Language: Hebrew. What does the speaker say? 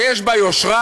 שיש בה יושרה,